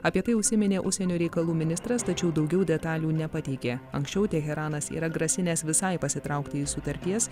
apie tai užsiminė užsienio reikalų ministras tačiau daugiau detalių nepateikė anksčiau teheranas yra grasinęs visai pasitraukti iš sutarties